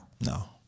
No